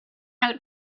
out